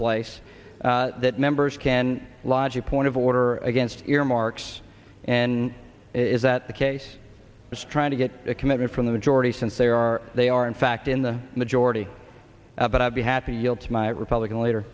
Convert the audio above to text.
place that members can lodge a point of order against earmarks and is that the case is trying to get a commitment from the majority since they are they are in fact in the majority but i'd be happy yelps my republican leader